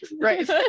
Right